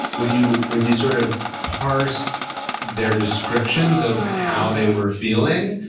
when you when you sort of parse their descriptions of how they were feeling,